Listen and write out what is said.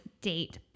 Date